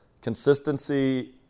consistency